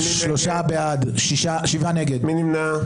מי נמנע?